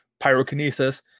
Pyrokinesis